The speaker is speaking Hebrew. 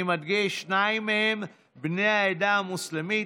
אני מדגיש: שניים מהם בני העדה המוסלמית.